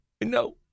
no